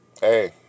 Hey